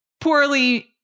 poorly